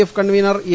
F convener A